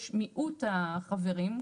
יש מיעוט החברים,